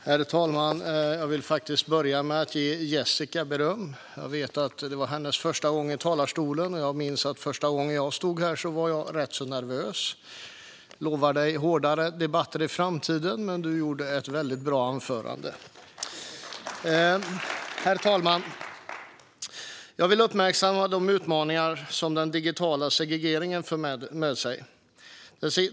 Herr talman! Låt mig börja med att ge Jessica beröm. Jag vet att det var hennes första gång i talarstolen, och jag minns att första gången jag stod här var jag rätt nervös. Jag lovar dig hårdare debatter i framtiden, Jessica, men du höll ett väldigt bra anförande. Herr talman! Jag vill uppmärksamma de utmaningar som den digitala segregeringen för med sig.